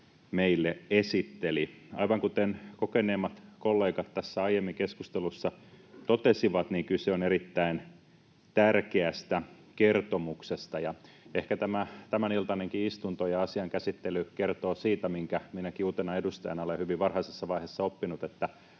meille esitteli. Aivan kuten kokeneemmat kollegat tässä aiemmin keskustelussa totesivat, kyse on erittäin tärkeästä kertomuksesta. Ehkä tämä tämäniltainenkin istunto ja asian käsittely kertoo siitä, minkä minäkin uutena edustajana olen hyvin varhaisessa vaiheessa oppinut: että